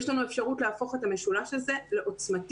יש לנו אפשרות להפוך את המשולש הזה לעוצמתי,